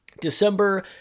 December